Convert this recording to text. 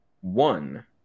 One